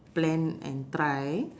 plan and try